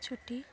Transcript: ᱪᱷᱩᱴᱤ